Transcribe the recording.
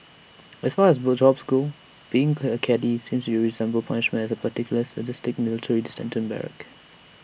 as far as jobs go being A caddie seems to resemble punishment at A particularly sadistic military detention barrack